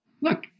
Look